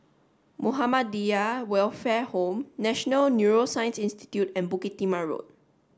Muhammadiyah Welfare Home National Neuroscience Institute and Bukit Timah Road